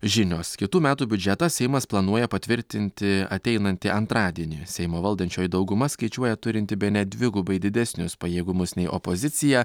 žinios kitų metų biudžetą seimas planuoja patvirtinti ateinantį antradienį seimo valdančioji dauguma skaičiuoja turinti bene dvigubai didesnius pajėgumus nei opozicija